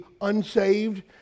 unsaved